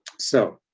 so,